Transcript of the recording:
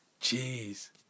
Jeez